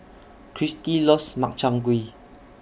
Cristi loves Makchang Gui